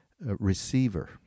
receiver